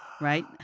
right